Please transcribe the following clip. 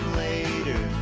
later